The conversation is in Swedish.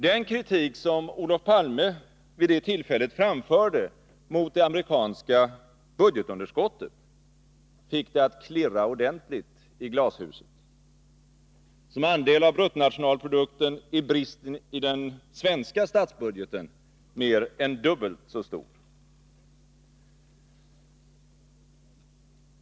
Den kritik som Olof Palme vid det tillfället framförde mot det amerikanska budgetunderskottet fick det att klirra ordentligt i glashuset. Som andel av bruttonationalprodukten är bristen i den svenska statsbudgeten mer än dubbelt så stor.